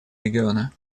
региона